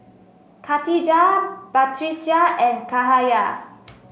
khatijah Batrisya and Cahaya